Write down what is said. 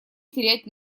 терять